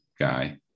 guy